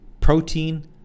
Protein